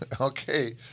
Okay